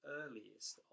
earliest